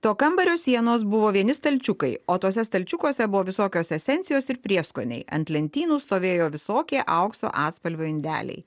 to kambario sienos buvo vieni stalčiukai o tuose stalčiukuose buvo visokios esencijos ir prieskoniai ant lentynų stovėjo visokie aukso atspalvio indeliai